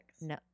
No